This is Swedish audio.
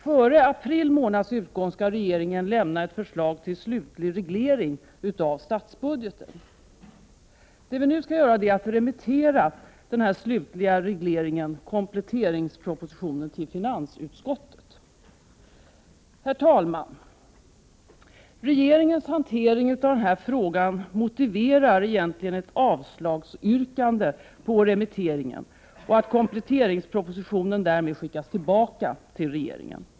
Före april månads utgång skall regeringen lämna ett förslag till slutligt reglering av budgeten. Det vi nu skall göra är att remittera den slutliga regleringen, dvs. kompletteringspropositionen, till finansutskottet. Regeringens hantering av denna fråga motiverar egentligen ett avslagsyrkande på remitteringen och att kompletteringspropositionen därmed skickas tillbaka till regeringen.